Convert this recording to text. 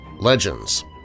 legends